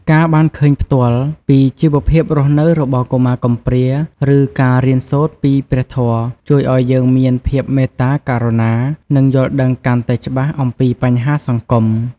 ការបានឃើញផ្ទាល់ពីជីវភាពរស់នៅរបស់កុមារកំព្រា ឬការរៀនសូត្រពីព្រះធម៌ ជួយឱ្យយើងមានភាពមេត្តាករុណា និងយល់ដឹងកាន់តែច្បាស់អំពីបញ្ហាសង្គម។